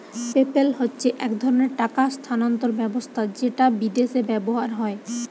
PayPal হচ্ছে এক ধরণের টাকা স্থানান্তর ব্যবস্থা যেটা বিদেশে ব্যবহার হয়